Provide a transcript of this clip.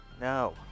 No